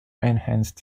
enhanced